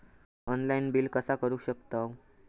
Online bill कसा करु शकतव?